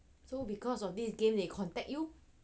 so because of this game they contact you